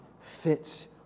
fits